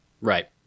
right